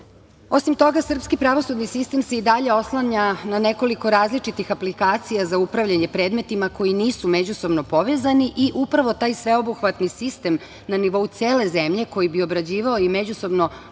toga srpski pravosudni sistem se i dalje oslanja na nekoliko različitih aplikacija za upravljanje predmetima koji nisu međusobno povezani. Upravo taj sveobuhvatni sistem na nivou cele zemlje, koji bi obrađivao i međusobno